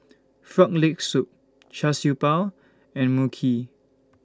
Frog Leg Soup Char Siew Bao and Mui Kee